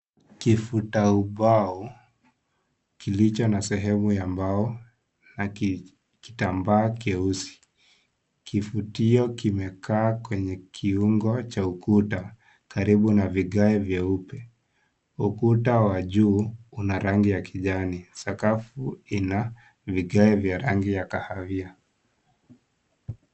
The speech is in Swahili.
Kifuta ubao kilicho na sehemu ya mbao, na kitambaa cheusi, kifutio, kimekaa kwenye kiungo cha ukuta karibu na vigae vyeupe, ukuta wa juu una rangi ya kijani, sakafu ina vigae vya rangi ya kahawia.